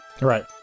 Right